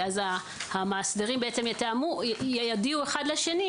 המאסדרים בעצם יודיעו אחד לשני,